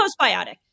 postbiotic